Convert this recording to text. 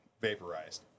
vaporized